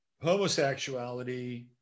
homosexuality